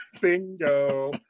bingo